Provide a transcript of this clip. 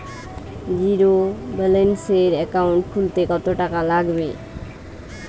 জিরোব্যেলেন্সের একাউন্ট খুলতে কত টাকা লাগবে?